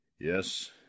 Yes